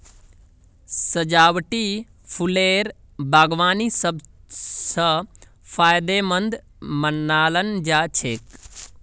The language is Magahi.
सजावटी फूलेर बागवानी सब स फायदेमंद मानाल जा छेक